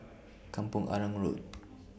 Kampong Arang Road